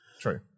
true